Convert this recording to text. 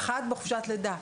ואחת בחופשת לידה.